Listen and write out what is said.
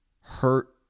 hurt